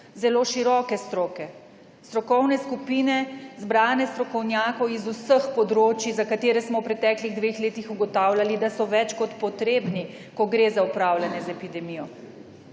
zelo široke stroke. Strokovne skupine zbranih strokovnjakov iz vseh področij, za katere smo v preteklih dveh letih ugotavljali, da so več kot potrebni, ko gre za upravljanje z epidemijo.